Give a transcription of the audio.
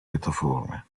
piattaforme